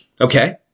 Okay